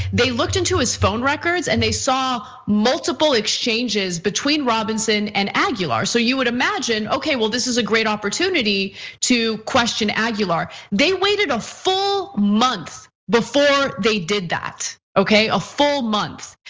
they looked into his phone records, and they saw multiple exchanges between robinson and aguilar. so you would imagine, okay, well, this is a great opportunity to question aguilar. they waited a full month before they did that, okay, a full month.